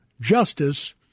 justice